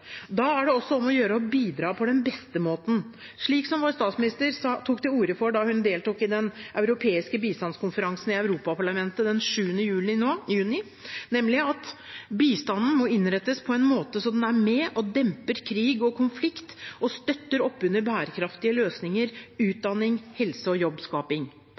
Da er det også om å gjøre å bidra på den beste måten, slik som vår statsminister tok til orde for da hun deltok i den europeiske bistandskonferansen i Europaparlamentet den 7. juni, nemlig at bistanden må innrettes på en måte så den er med og demper krig og konflikt og støtter opp under bærekraftige løsninger, utdanning, helse og jobbskaping.